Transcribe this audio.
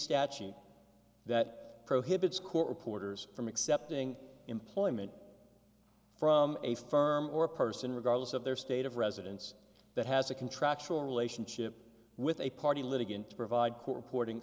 statute that prohibits court reporters from accepting employment from a firm or person regardless of their state of residence that has a contractual relationship with a party litigant to provide core porting